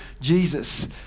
Jesus